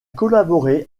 collaboré